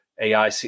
AI